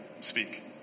speak